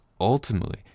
ultimately